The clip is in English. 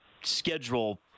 schedule